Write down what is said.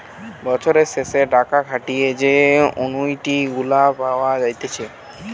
বছরের শেষে টাকা খাটিয়ে যে অনুইটি গুলা পাওয়া যাইতেছে